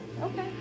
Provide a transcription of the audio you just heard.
Okay